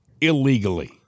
illegally